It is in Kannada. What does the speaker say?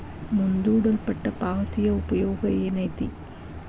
ಮುಂದೂಡಲ್ಪಟ್ಟ ಪಾವತಿಯ ಉಪಯೋಗ ಏನೈತಿ